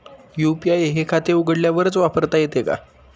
UPI हे खाते उघडल्यावरच वापरता येते का?